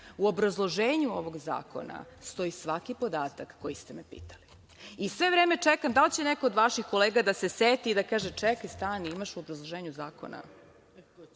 obrazloženju ovog zakona stoji svaki podatak koji ste me pitali i sve vreme čekam da li će neko od vaših kolega da se seti i da kaže – čekaj, stani, imaš u obrazloženju zakona,